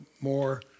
more